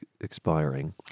expiring